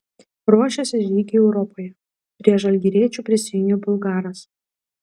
ruošiasi žygiui europoje prie žalgiriečių prisijungė bulgaras